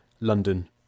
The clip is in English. London